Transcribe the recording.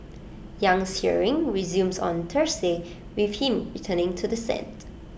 Yang's hearing resumes on Thursday with him returning to the stand